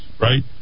right